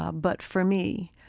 ah but for me,